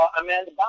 Amanda